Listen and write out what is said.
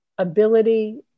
ability